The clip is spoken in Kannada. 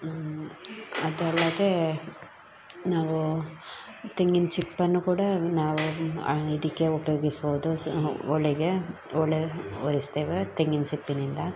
ಅದು ಅಲ್ಲದೇ ನಾವು ತೆಂಗಿನ ಚಿಪ್ಪನ್ನು ಕೂಡ ನಾವು ಇದಕ್ಕೆ ಉಪಯೋಗಿಸ್ಬೋದು ಸ ಒಲೆಗೆ ಒಲೆ ಉರಿಸ್ತೇವೆ ತೆಂಗಿನ ಚಿಪ್ಪಿನಿಂದ